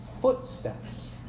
footsteps